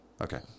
Okay